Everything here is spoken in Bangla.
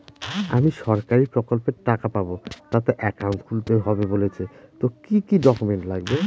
আমি সরকারি প্রকল্পের টাকা পাবো তাতে একাউন্ট খুলতে হবে বলছে তো কি কী ডকুমেন্ট লাগবে?